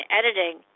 editing